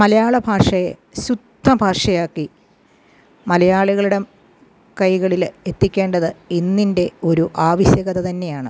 മലയാള ഭാഷയെ ശുദ്ധ ഭാഷയാക്കി മലയാളികളുടെ കൈകളിൽ എത്തിക്കേണ്ടത് ഇന്നിൻ്റെ ഒരു ആവശ്യകത തന്നെയാണ്